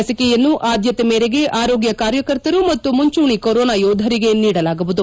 ಲಿಸಿಕೆಯನ್ನು ಆದ್ಲತೆ ಮೇರೆಗೆ ಆರೋಗ್ಲ ಕಾರ್ಯಕರ್ತರು ಮತ್ತು ಮುಂಚೂಣಿ ಕೊರೊನಾ ಯೋಧರಿಗೆ ನೀಡಲಾಗುವುದು